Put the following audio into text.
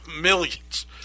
millions